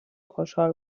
خشحال